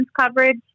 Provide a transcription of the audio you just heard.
coverage